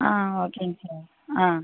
ஆ ஓகேங்க சார் ஆ